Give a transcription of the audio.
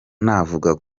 navuga